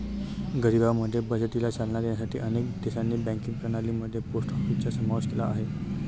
गरिबांमध्ये बचतीला चालना देण्यासाठी अनेक देशांनी बँकिंग प्रणाली मध्ये पोस्ट ऑफिसचा समावेश केला आहे